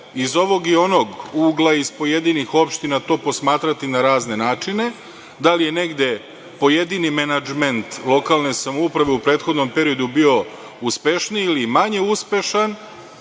iz ovog i onog ugla iz pojedinih opština to posmatrati na razne načine, da li je negde pojedini menadžment lokalne samouprave u prethodnom periodu bio uspešniji ili manje uspešan,